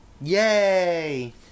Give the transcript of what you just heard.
Yay